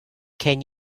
can